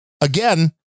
Again